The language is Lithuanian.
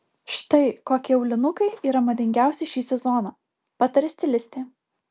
štai kokie aulinukai yra madingiausi šį sezoną pataria stilistė